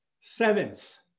sevens